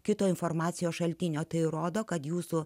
kito informacijos šaltinio tai rodo kad jūsų